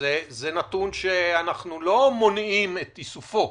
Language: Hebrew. זה נתון שאנחנו לא מונעים את איסופו.